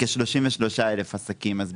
שקל כ-33,000 עסקים קיבלו את המענק.